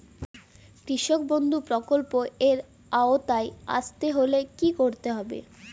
কৃষকবন্ধু প্রকল্প এর আওতায় আসতে হলে কি করতে হবে?